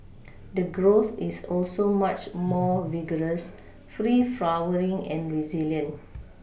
the growth is also much more vigorous free flowering and resilient